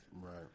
Right